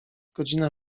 godzina